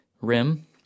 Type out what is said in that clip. rim